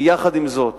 עם זאת,